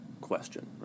question